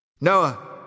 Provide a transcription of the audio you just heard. Noah